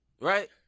right